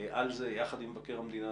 על זה, יחד עם מבקר המדינה.